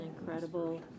incredible